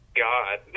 god